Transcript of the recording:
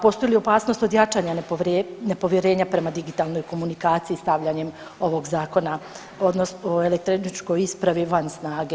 Postoji li opasnost od jačanja nepovjerenja prema digitalnoj komunikaciji stavljanjem ovog zakona odnosno elektroničkoj ispravi van snage